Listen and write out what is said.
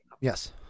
Yes